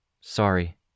Sorry